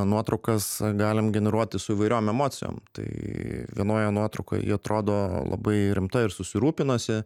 nuotraukas galim generuoti su įvairiom emocijom tai vienoje nuotraukoje ji atrodo labai rimta ir susirūpinusi